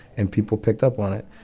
and people picked up on it.